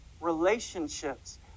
relationships